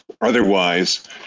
otherwise